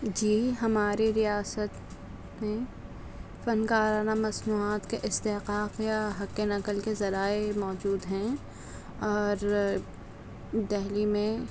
جی ہمارے ریاست میں فنکارانہ مصنوعات کے استحقاقیہ حقِّ نقل کے ذرائع موجود ہیں اور دہلی میں